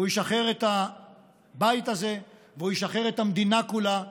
הוא ישחרר את הבית הזה, והוא ישחרר המדינה כולה.